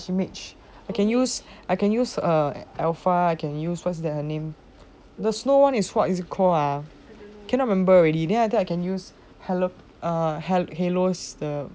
ya she mage can use I can use her alpha what's the name the snow one is what is it a called ah cannot remember already then after that I can use halo err hal~ hylos the